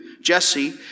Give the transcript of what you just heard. Jesse